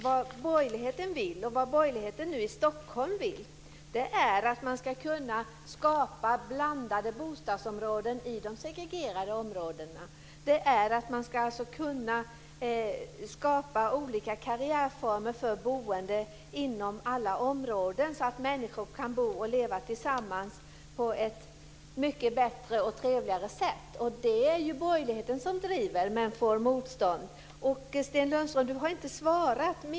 Vad borgerligheten vill, och vad borgerligheten i Stockholm nu vill, är att man ska kunna skapa blandade bostadsområden i de segregerade områdena. Man ska alltså kunna skapa olika karriärformer för boende inom alla områden så att människor kan bo och leva tillsammans på ett mycket bättre och trevligare sätt. Det är det ju borgerligheten som driver, men det stöter på motstånd. Sten Lundström har inte svarat mig.